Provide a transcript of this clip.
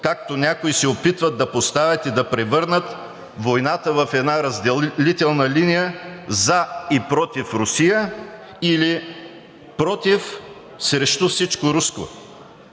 както някои се опитват да поставят и да превърнат войната в една разделителна линия за и против Русия или против, срещу всичко руско.